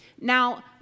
Now